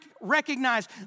recognize